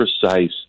precise